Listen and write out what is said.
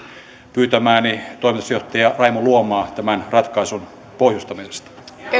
pyytämääni toimitusjohtaja raimo luomaa tämän ratkaisun pohjustamisesta